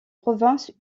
provinces